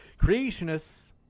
creationists